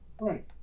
Right